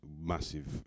massive